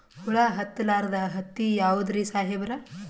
ಹುಳ ಹತ್ತಲಾರ್ದ ಹತ್ತಿ ಯಾವುದ್ರಿ ಸಾಹೇಬರ?